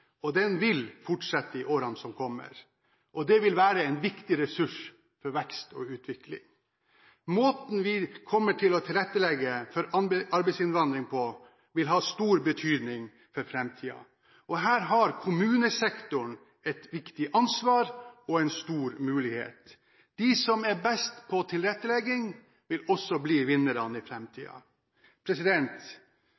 og den vil fortsette i årene som kommer. Det vil være en viktig ressurs for vekst og utvikling. Måten vi tilrettelegger for arbeidsinnvandringen på, vil ha stor betydning for framtiden. Her har kommunesektoren et viktig ansvar og en stor mulighet. De som er best på tilrettelegging, vil også bli vinnerne i